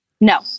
No